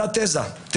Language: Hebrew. הוא